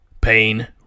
pain